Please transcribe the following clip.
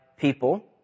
people